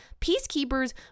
Peacekeepers